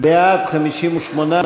קבוצת סיעת